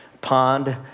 pond